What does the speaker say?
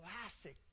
classic